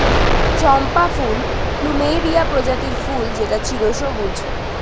চম্পা ফুল প্লুমেরিয়া প্রজাতির ফুল যেটা চিরসবুজ